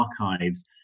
archives